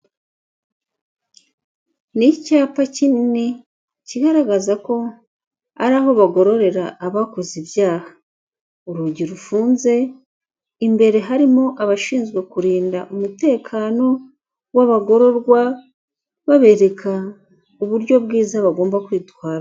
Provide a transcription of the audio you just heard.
Ni icyapa kinini kigaragaza ko ari aho bagororera abakoze ibyaha. Urugi rufunze imbere harimo abashinzwe kurinda umutekano w'abagororwa babereka uburyo bwiza bagomba kwitwara.